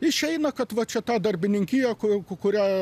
išeina kad va čia ta darbininkija ku kuria